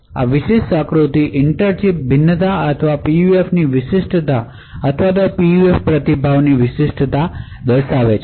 આ વિશિષ્ટ આકૃતિ ઇન્ટર ચિપ ભિન્નતા અથવા PUFની વિશિષ્ટતા અથવા PUF રીસ્પોન્શની વિશિષ્ટતા દર્શાવે છે